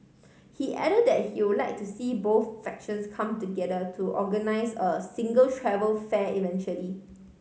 he add that he would like to see both factions come together to organise a single travel fair eventually